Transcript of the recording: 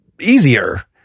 easier